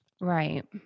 Right